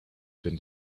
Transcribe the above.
been